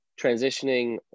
transitioning